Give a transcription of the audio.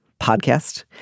podcast